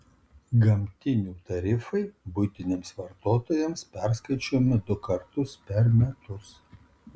gamtinių tarifai buitiniams vartotojams perskaičiuojami du kartus per metus